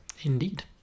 Indeed